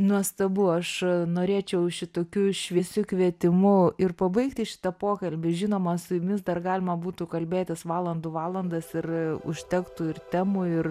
nuostabu aš norėčiau šitokiu šviesiu kvietimu ir pabaigti šitą pokalbį žinoma su jumis dar galima būtų kalbėtis valandų valandas ir užtektų ir temų ir